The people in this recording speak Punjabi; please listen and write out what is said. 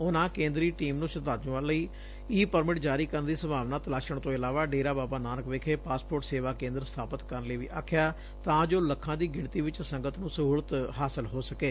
ਉਨੂਂ ਕੇਂਦਰੀ ਟੀਮ ਨੂੰ ਸ਼ਰਧਾਲੁਆਂ ਲਈ ਈ ਪਰਮਿਟ ਜਾਰੀ ਕਰਨ ਦੀ ਸੰਭਾਵਨਾ ਤਲਾਸ਼ਣ ਤੋਂ ਇਲਾਵਾ ਡੇਰਾ ਬਾਬਾ ਨਾਨਕ ਵਿਖੇ ਪਾਸਪੋਰਟ ਸੇਵਾ ਕੇਂਦਰ ਸਬਾਪਤ ਕਰਨ ਲਈ ਵੀ ਆਖਿਆ ਤਾਂ ਜੋ ਲੱਖਾਂ ਦੀ ਗਿਣਤੀ ਵਿੱਚ ਸੰਗਤ ਨੂੰ ਸਹੁਲਤ ਹਾਸਲ ਹੋ ਸਕੇ